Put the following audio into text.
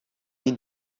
die